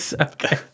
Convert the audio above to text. okay